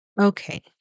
Okay